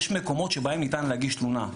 יש מקומות שבהם ניתן להגיש תלונה,